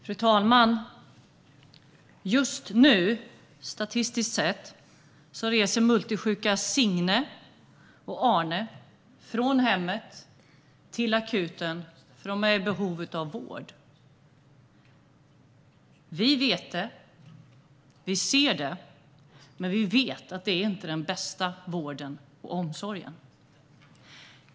Fru talman! Just nu, statistiskt sett, reser multisjuka Signe och Arne från hemmet till akuten, eftersom de är i behov av vård. Vi vet det, och vi ser det, men vi vet också att det inte är den bästa vården och omsorgen.